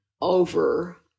over